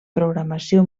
programació